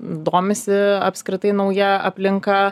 domisi apskritai nauja aplinka